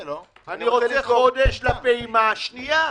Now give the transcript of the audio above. אני רוצה חודש לפעימה השנייה.